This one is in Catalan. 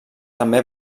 també